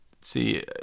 See